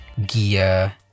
Gia